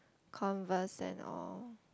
converse and all